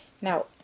Now